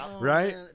Right